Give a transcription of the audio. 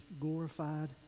glorified